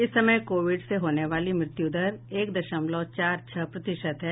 इस समय कोविड से होने वाली मृत्यु दर एक दशमलव चार छह प्रतिशत है